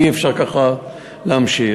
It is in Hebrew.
אי-אפשר ככה להמשיך.